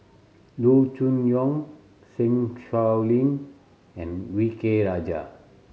Loo Choon Yong Zeng Shouyin and V K Rajah